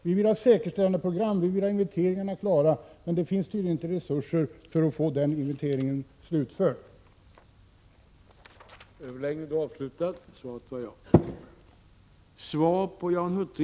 Vi vill ha ett säkerställandeprogram, och vi vill att inventeringen skall göras klar, men det finns tydligen inte resurser att slutföra den.